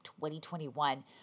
2021